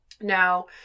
Now